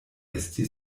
esti